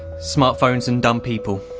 smart phones and dumb people.